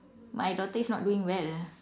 my daughter is not doing well